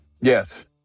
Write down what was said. Yes